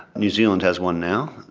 new zealand has one now,